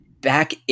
Back